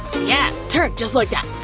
yeah, turn, just like that!